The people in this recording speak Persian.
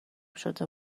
شده